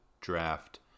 draft